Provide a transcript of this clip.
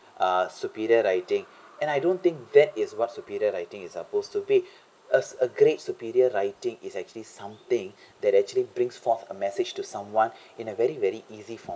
ah superior writing and I don't think that is what superior writing is supposed to be a a great superior writing is actually something that actually brings forth a message to someone in a very very easy form